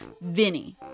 Vinny